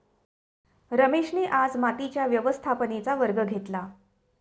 रमेशने आज मातीच्या व्यवस्थापनेचा वर्ग घेतला